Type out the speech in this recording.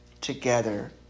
together